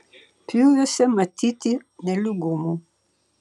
pjūviuose matyti nelygumų